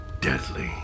deadly